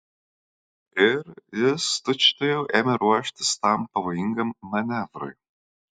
ir jis tučtuojau ėmė ruoštis tam pavojingam manevrui